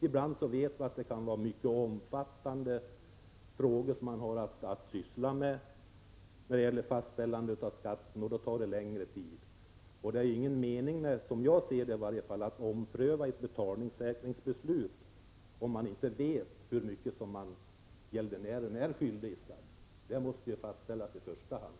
Ibland kan det vara mycket omfattande frågor som man har att syssla med när man skall fastställa skatten. Då tar det längre tid. Det är ingen mening, som jag ser det i varje fall, med att ompröva ett betalningssäkringsbeslut, om man inte vet hur mycket gäldenären är skyldig. Det måste fastställas i första hand.